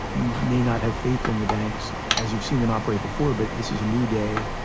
you may not have faith in the banks as you've seen them operate before, but this is a new day,